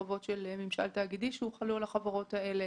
חובות של ממשל תאגידי שהוחלו על החברות האלו.